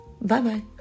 Bye-bye